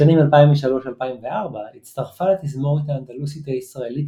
בשנים 2003–2004 הצטרפה לתזמורת האנדלוסית הישראלית